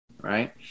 Right